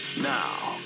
Now